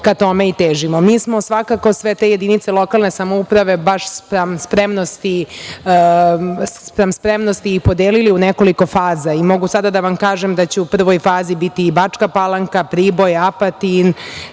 smo svakako sve te jedinice lokalne samouprave baš spram spremnosti i podelili u nekoliko faza i mogu sada da vam kažem da ću u prvoj fazi biti i Bačka Palanka, Priboj, Apatin,